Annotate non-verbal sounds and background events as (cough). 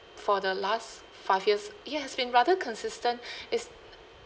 for the last five years it has been rather consistent (breath) it's